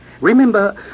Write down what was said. Remember